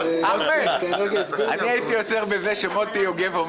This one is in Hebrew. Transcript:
וגם נציג אגף התקציבים יחבור